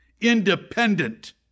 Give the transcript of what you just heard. independent